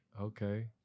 okay